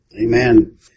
Amen